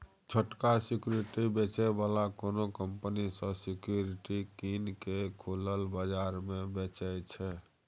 छोटका सिक्युरिटी बेचै बला कोनो कंपनी सँ सिक्युरिटी कीन केँ खुलल बजार मे बेचय छै